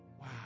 Wow